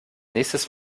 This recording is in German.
nächstes